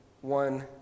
one